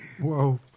whoa